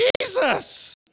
Jesus